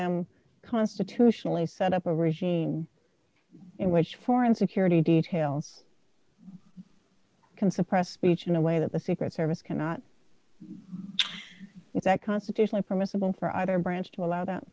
them constitutionally set up a regime in which foreign security details can suppress speech in a way that the secret service cannot use and constitutionally permissible for either branch to allow that